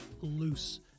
loose